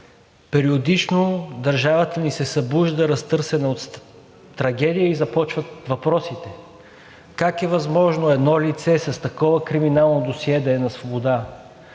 Периодично държавата ни се събужда разтърсена от трагедии и започват въпросите: как е възможно едно лице с такова криминално досие да е на свобода;